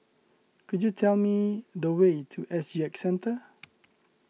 could you tell me the way to S G X Centre